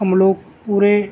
ہم لوگ پورے